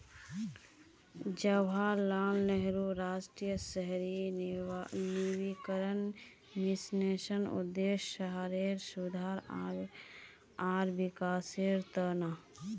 जवाहरलाल नेहरू राष्ट्रीय शहरी नवीकरण मिशनेर उद्देश्य शहरेर सुधार आर विकासेर त न